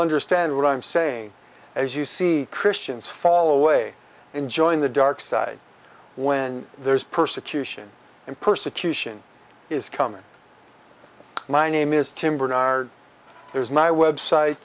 understand what i'm saying as you see christians fall away enjoying the dark side when there's persecution and persecution is coming my name is tim bernard there's my website